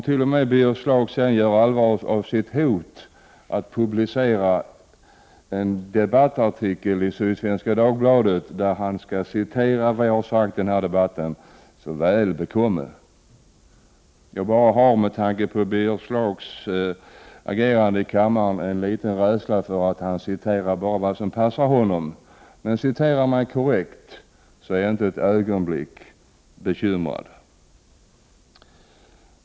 T.o.m. om Birger Schlaug sedan gör allvar av sitt hot att publicera en debattartikeli Sydsvenska Dagbladet, där han skall citera vad jag har sagt i denna debatt, säger jag: Väl bekomme! Med tanke på Birger Schlaugs agerande i kammaren är jag bara litet rädd för att han citerar endast vad som passar honom, men om han citerar mig korrekt är jag inte för ett ögonblick bekymrad.